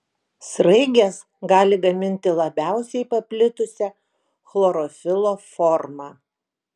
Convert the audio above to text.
sraigės gali gaminti labiausiai paplitusią chlorofilo formą